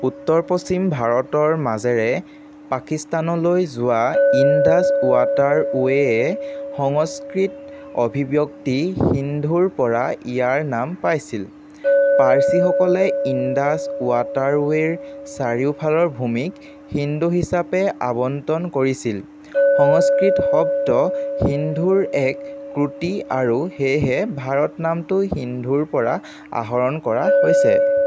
উত্তৰ পশ্চিম ভাৰতৰ মাজেৰে পাকিস্তানলৈ যোৱা ইণ্ডাছ ৱাটাৰৱে'ই সংস্কৃত অভিব্যক্তি সিন্ধুৰ পৰা ইয়াৰ নাম পাইছিল পাৰ্চীসকলে ইণ্ডাছ ৱাটাৰৱে'ৰ চাৰিওফালৰ ভূমিক হিন্দু হিচাপে আৱণ্টন কৰিছিল সংস্কৃত শব্দ সিন্ধুৰ এক ত্ৰুটি আৰু সেয়েহে ভাৰত নামটো সিন্ধুৰ পৰা আহৰণ কৰা হৈছে